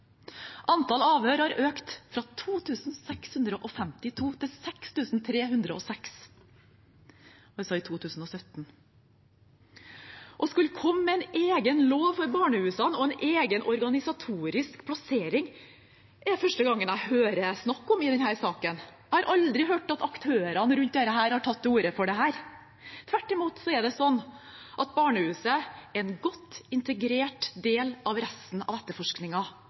Antall avhør har økt fra 2 652 til – i 2017 – 6 306. Å skulle komme med en egen lov for barnehusene og en egen organisatorisk plassering – det er det første gang jeg hører snakk om i denne saken. Jeg har aldri hørt at aktørene i dette har tatt til orde for det. Tvert imot er det slik at barnehusene er en godt integrert del av resten av